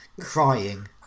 crying